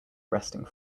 resting